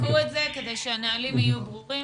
תעשו את זה כדי שהנהלים יהיו ברורים.